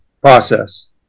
process